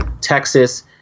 Texas